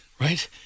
right